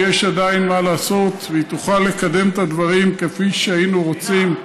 כי יש עדיין מה לעשות והיא תוכל לקדם את הדברים כפי שהיינו רוצים.